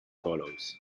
follows